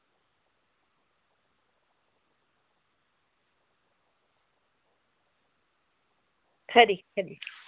खरी खरी